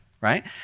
right